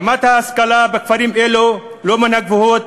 רמת ההשכלה בכפרים אלו לא מן הגבוהות,